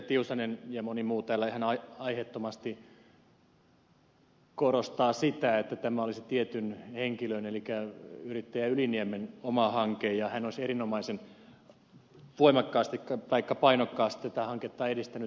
tiusanen ja moni muu täällä ihan aiheettomasti korostaa sitä että tämä olisi tietyn henkilön elikkä yrittäjä yliniemen oma hanke ja hän olisi erinomaisen voimakkaasti taikka painokkaasti tätä hanketta edistänyt